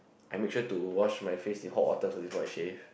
I make sure to wash my face with hot water first before I shave